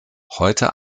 heute